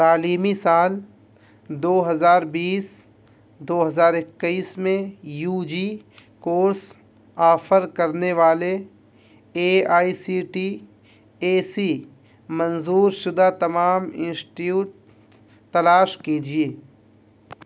تعلیمی سال دو ہزار بیس دو ہزار اکیس میں یو جی کورس آفر کرنے والے A I C T A C منظور شدہ تمام انسٹیٹیوٹ تلاش کیجیے